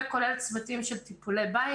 וכולל צוותים של טיפולי בית,